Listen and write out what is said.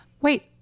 Wait